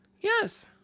Yes